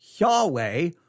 Yahweh